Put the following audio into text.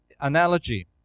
analogy